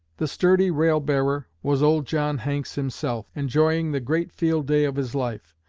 the sturdy rail-bearer was old john hanks himself, enjoying the great field-day of his life.